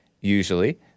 usually